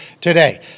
today